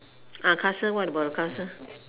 ah castle what about the castle